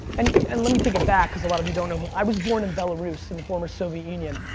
and and let me take it back, because a lot of you don't know who. i was born in belarus in the former soviet union.